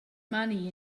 money